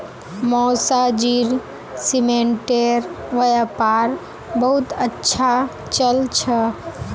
मौसाजीर सीमेंटेर व्यापार बहुत अच्छा चल छ